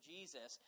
Jesus